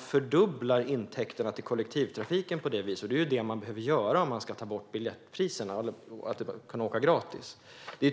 fördubblar hon inte intäkterna till kollektivtrafiken på detta vis, vilket hon behöver göra om man ska kunna åka gratis.